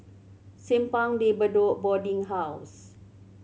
Simpang De Bedok Boarding House